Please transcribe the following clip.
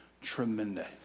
tremendous